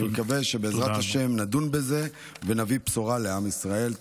אני מקווה שבעזרת השם נדון בזה ונביא בשורה לעם ישראל.